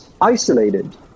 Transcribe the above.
isolated